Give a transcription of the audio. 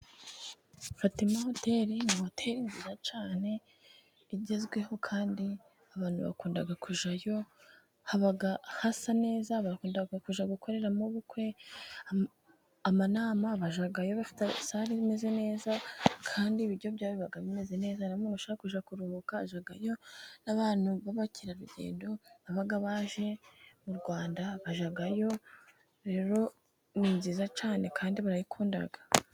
Fatimahoteri ni hoteri nziza cyane igezweho, kandi abantu bakunda kujyayo, haba hasa neza bakunda kujya gukoreramo ubukwe amanama, bajyayo bafite sare imeze neza kandi ibiryo byaho biba bimeze neza hari bamwe bajya kuruhuka, hajyayo n'abantu b'abakerarugendo baba baje mu Rwanda, bajyayo rero ni nziza cyane kandi barayikunda.